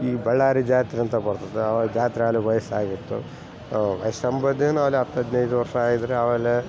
ಈ ಬಳ್ಳಾರಿ ಜಾತ್ರೆ ಅಂತ ಬರ್ತತೆ ಆ ಜಾತ್ರೆಯಲ್ಲಿ ವಯಸ್ಸಾಗೈತು ವಯಸ್ಸಂಬುದೇನು ಆಗ್ಲೇ ಹತ್ತು ಹದಿನೈದು ವರ್ಷ ಆಗಿದ್ರೆ ಆಮೇಲೆ